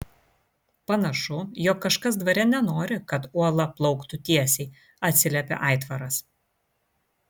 panašu jog kažkas dvare nenori kad uola plauktų tiesiai atsiliepė aitvaras